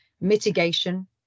mitigation